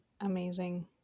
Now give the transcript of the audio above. Amazing